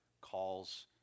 calls